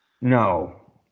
No